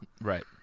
Right